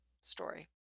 story